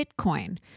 Bitcoin